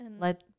let